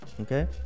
okay